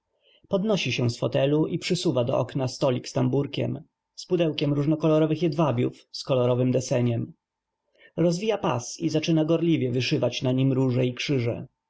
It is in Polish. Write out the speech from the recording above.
podnosi się z fotelu i przysuwa do okna stolik z tamburkiem z pudełkiem różnokolorowych jedwabiów z kolorowym deseniem rozwija pas i zaczyna gorliwie wyszywać na nim róże i krzyże